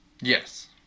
yes